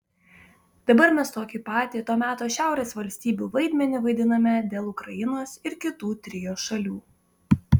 dabar mes tokį patį to meto šiaurės valstybių vaidmenį vaidiname dėl ukrainos ir kitų trio šalių